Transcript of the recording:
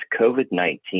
COVID-19